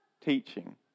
teaching